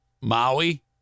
Maui